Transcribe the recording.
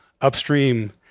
upstream